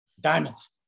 diamonds